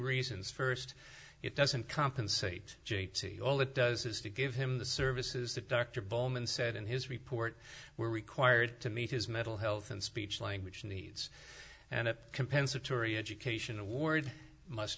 reasons first it doesn't compensate j t all it does is to give him the services that dr bowman said in his report were required to meet his mental health and speech language needs and compensatory education award must